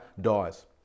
dies